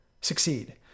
succeed